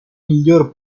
miglior